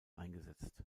eingesetzt